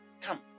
Come